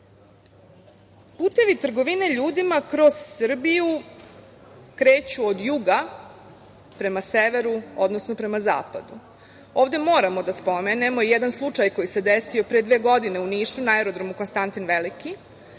trgovine ljudima kroz Srbiju kreću od juga prema severu, odnosno prema zapadu. Ovde moramo da spomenemo jedan slučaj koji se desio pre dve godine u Nišu na aerodromu Konstantin Veliki,